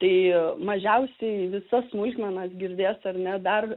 tai mažiausiai visas smulkmenas girdės ar ne dar